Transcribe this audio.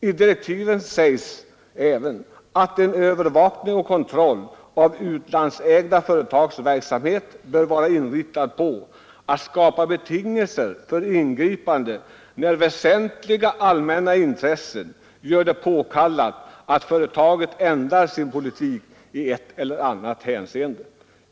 I direktiven sägs även att en övervakning och kontroll av utlandsägda företags verksamhet bör vara inriktad på att skapa betingelser för ingripanden när väsentliga allmänintressen gör det påkallat att företaget ändrar sin politik i ett eller annat hänseende.